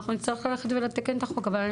אנחנו נצטרך ללכת ולתקן את החוק אבל אני